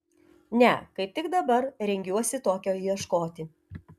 ne kaip tik dabar rengiuosi tokio ieškoti